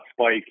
spike